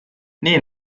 nii